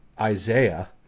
Isaiah